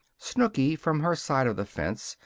snooky, from her side of the fence,